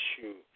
shoot